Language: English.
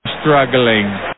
Struggling